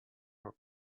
her